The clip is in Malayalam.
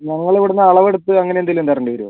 നമ്മൾ ഇവിടുന്ന് അളവ് എടുത്ത് അങ്ങനെ എന്തെങ്കിലും തരേണ്ടി വരുമോ